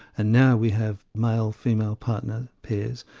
and now we have male female partner, pairs,